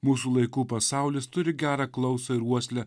mūsų laikų pasaulis turi gerą klausą ir uoslę